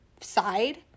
side